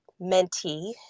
mentee